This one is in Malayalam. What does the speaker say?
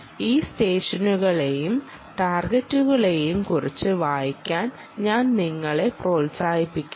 ഈ സ്റ്റെഷനുകളെയും ടാർഗെറ്റുകളെയും കുറിച്ച് വായിക്കാൻ ഞാൻ നിങ്ങളെ പ്രോത്സാഹിപ്പിക്കുന്നു